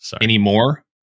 anymore